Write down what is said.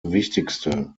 wichtigste